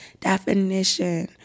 Definition